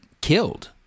killed